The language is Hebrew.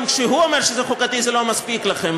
גם כשהוא אומר שזה חוקתי זה לא מספיק לכם,